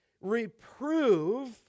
reprove